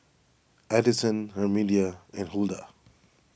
Adyson Herminia and Hulda